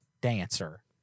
Dancer